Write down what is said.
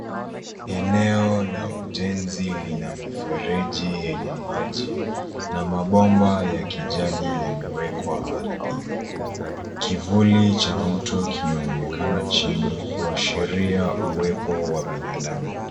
Eneo la ujenzi lina mifereji yenye maji na mabomba ya kijani yamewekwa ardhini, kivuli cha mtu kinaonekana chini kuashiria uwepo wa binadamu.